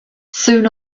soon